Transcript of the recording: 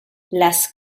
las